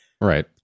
Right